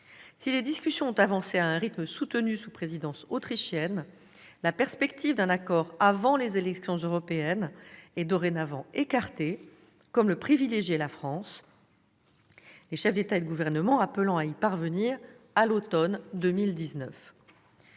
Si les discussions ont avancé à un rythme soutenu sous présidence autrichienne, la perspective d'un accord avant les élections européennes, comme le privilégiait la France, est dorénavant écartée, les chefs d'État et de gouvernement appelant à y parvenir à l'automne 2019.